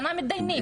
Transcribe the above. שנה מתדיינים.